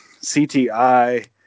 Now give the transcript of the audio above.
CTI